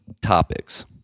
topics